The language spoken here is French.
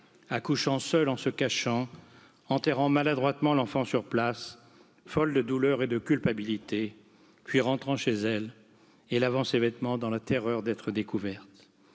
accouchant seul en se cachant enterrant maladroitement l'enfant sur place folle de douleur et de culpabilité, puis rentrant chez elle et lavant ses vêtements dans la terreur d'être découverte.